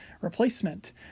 replacement